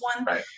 one